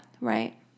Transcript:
Right